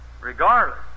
regardless